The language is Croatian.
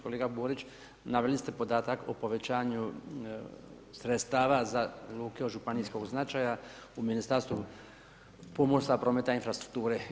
Kolega Borić, naveli ste podatak o povećanju sredstava za Luke od županijskog značaja u Ministarstvu pomorstva, prometa i infrastrukture.